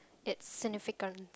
it's significant